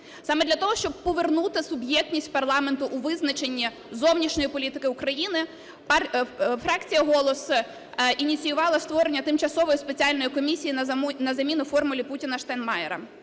Саме для того, щоб повернути суб'єктність парламенту у визначенні зовнішньої політики України, фракція "Голос" ініціювала створення тимчасової спеціальної комісії на заміну формулі Путіна і Штайнмайєра.